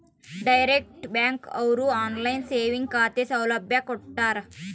direct bank ಅವ್ರು online saving ಖಾತೆ ಸೌಲಭ್ಯ ಕೊಟ್ಟಾರ